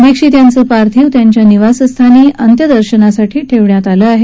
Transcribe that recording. दीक्षित यांचं पार्थिव त्यांच्या निवासस्थानी अंत्यदर्शनासाठी ठेवण्यात आलं आहे